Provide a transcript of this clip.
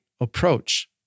approach